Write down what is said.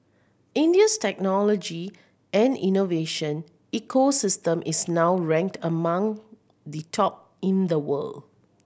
India's technology and innovation ecosystem is now ranked among the top in the world